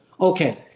Okay